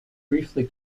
briefly